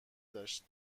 داشت